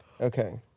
Okay